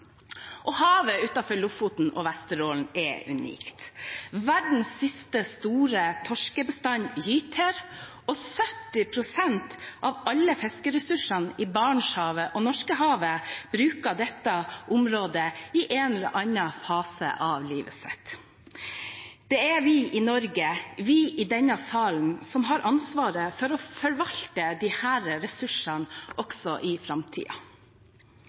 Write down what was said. Havet utenfor Lofoten og Vesterålen er unikt. Verdens siste store torskebestand gyter her, og 70 pst. av alle fiskeressursene i Barentshavet og Norskehavet bruker dette området i en eller annen fase av livet sitt. Det er vi i Norge, vi i denne salen, som har ansvaret for å forvalte disse ressursene også i